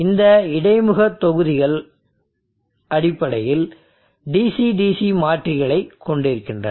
இந்த இடைமுகத் தொகுதிகள் அடிப்படையில் DC DC மாற்றிகளை கொண்டிருக்கின்றன